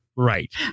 Right